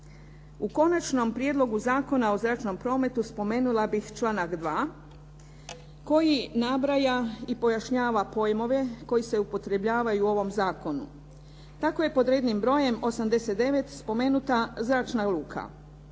U konačnom prijedlogu zakona u zračnom prometu spomenula bih članak 2. koji nabraja i pojašnjava pojmove koji se upotrebljavaju u ovom zakonu. Tako je pod rednim broje 89. spomenuta zračna luka